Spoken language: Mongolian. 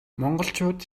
монголчууд